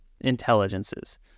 intelligences